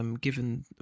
Given